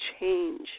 change